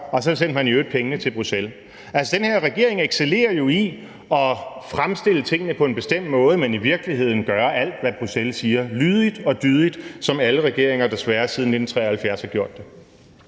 Og så sendte man i øvrigt pengene til Bruxelles. Altså, den her regering excellerer jo i at fremstille tingene på en bestemt måde, men i virkeligheden gøre alt, hvad Bruxelles siger, lydigt og dydigt, som alle regeringer desværre siden 1973 har gjort det.